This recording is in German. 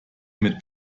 mit